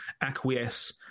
acquiesce